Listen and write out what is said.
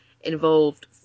involved